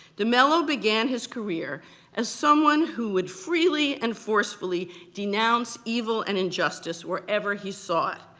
de mello began his career as someone who would freely and forcefully denounce evil and injustice wherever he saw it,